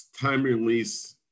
time-release